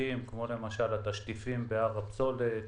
בטיחותיים כמו למשל: התשטיפים בהר הפסולת